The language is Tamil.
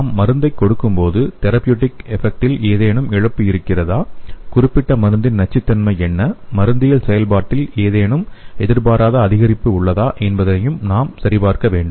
நாம் மருந்தைக் கொடுக்கும்போது தெரப்யுடிக் எஃப்ஃபெக்டில் ஏதேனும் இழப்பு இருக்கிறதா குறிப்பிட்ட மருந்தின் நச்சுத்தன்மை என்ன மருந்தியல் செயல்பாட்டில் ஏதேனும் எதிர்பாராத அதிகரிப்பு உள்ளதா என்பதை நாம் சரிபார்க்க வேண்டும்